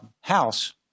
house